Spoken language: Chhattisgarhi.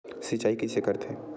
सिंचाई कइसे करथे?